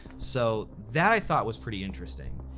so that i thought was pretty interesting,